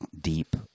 deep